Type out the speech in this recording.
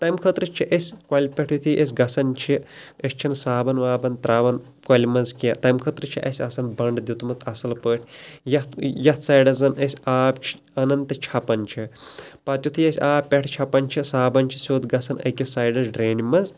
تَمہِ خٲطرٕ چھِ أسۍ کۅلہِ پیٚٹھٕے أسۍ گَژھان چھِ أسۍ چھِنہٕ صابَن وابَن تَرٛاوان کۅلہِ منٛز کیٚنٛہہ تَمہِ خٲطرٕ چھِ اَسہِ آسان بَنٛڈ دیُتمُت اَصٕل پٲٹھۍ یِتھ یِتھ سایڈَس زَن أسۍ آب چھِ اَنان تہٕ چھپان چھِ پَتہٕ یُتھے أسۍ آب پیٚٹھٕ چھپان چھِ صابَن چھِ سیوٚد گََژھان أکِس سایڈَس ڈرٛینہِ منٛز